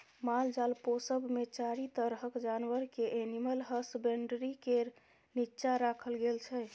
मालजाल पोसब मे चारि तरहक जानबर केँ एनिमल हसबेंडरी केर नीच्चाँ राखल गेल छै